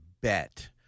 bet